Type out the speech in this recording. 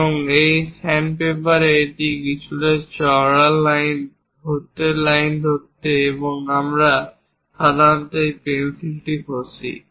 এবং এই স্যান্ডপেপারে এটিকে কিছুটা চওড়া ধরণের লাইন করতে আমরা সাধারণত এই পেন্সিলটি ঘষি